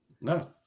no